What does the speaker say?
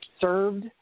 served